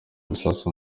ibisasu